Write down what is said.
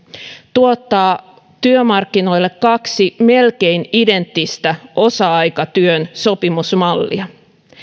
tuottaa työmarkkinoille kaksi melkein identtistä osa aikatyön sopimusmallia